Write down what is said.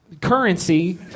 currency